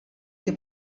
che